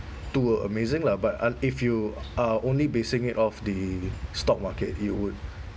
too amazing lah but un~ if you are only basing it off the stock market it would